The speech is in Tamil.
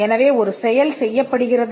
எனவே ஒரு செயல் செய்யப்படுகிறது